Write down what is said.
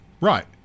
Right